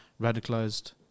radicalized